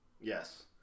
yes